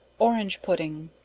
orange pudding.